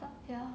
but ya